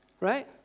Right